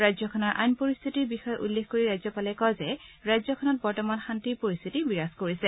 ৰাজ্যখনৰ আইন পৰিস্থিতিৰ বিষয়ে উল্লেখ কৰি ৰাজ্যপালে কয় যে ৰাজ্যখনত বৰ্তমান শান্তিৰ পৰিস্থিতি বিৰাজ কৰিছে